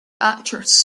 actress